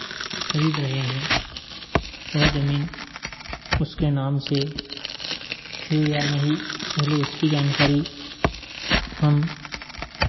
खरीद रहे हैं वह ज़मीन उसके नाम से है या नहीं पहले उसकी जानकारी हम